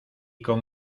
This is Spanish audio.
con